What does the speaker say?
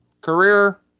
Career